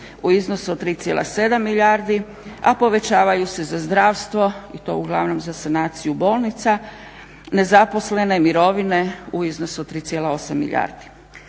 u iznosu od 3,7 milijardi, a povećavaju se za zdravstvo i to uglavnom za sanaciju bolnica, nezaposlene, mirovine u iznosu od 3,8 milijardi.